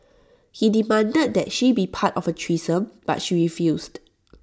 he demanded that she be part of A threesome but she refused